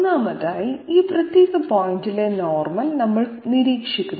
ഒന്നാമതായി ഈ പ്രത്യേക പോയിന്റ്ലെ നോർമൽ നമ്മൾ നിരീക്ഷിക്കുന്നു